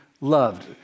loved